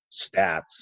stats